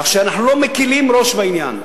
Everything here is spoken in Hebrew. כך שאנחנו לא מקלים ראש בעניין,